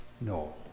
No